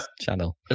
channel